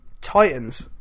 Titans